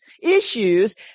issues